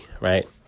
right